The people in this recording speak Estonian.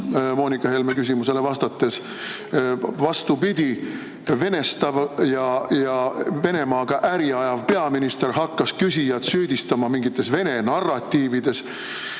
Moonika Helme küsimusele vastates. Vastupidi, venestav ja Venemaaga äri ajav peaminister hakkas küsijat süüdistama mingites Vene narratiivides.